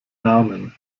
namen